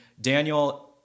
Daniel